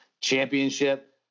Championship